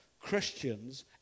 Christians